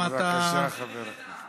בבקשה, חבר הכנסת.